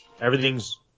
Everything's